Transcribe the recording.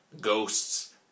ghosts